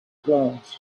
glass